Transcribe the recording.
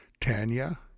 Tanya